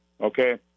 okay